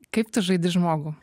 kaip tu žaidi žmogų